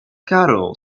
cattle